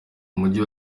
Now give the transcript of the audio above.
mujyi